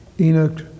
Enoch